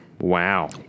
Wow